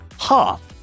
half